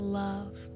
love